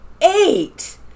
eight